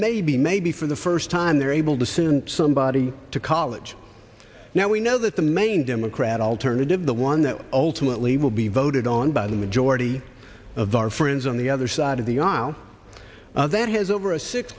maybe maybe for the first time they're able to soon somebody college now we know that the main democrat alternative the one that ultimately will be voted on by the majority of our friends on the other side of the aisle that has over a six